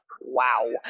wow